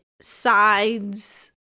sides